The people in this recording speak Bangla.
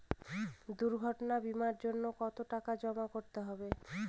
দুর্ঘটনা বিমার জন্য কত টাকা জমা করতে হবে?